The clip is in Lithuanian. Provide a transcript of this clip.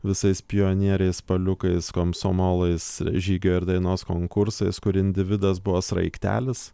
visais pionieriais spaliukais komsomolais žygio ir dainos konkursais kur individas buvo sraigtelis